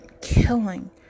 killing